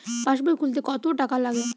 পাশবই খুলতে কতো টাকা লাগে?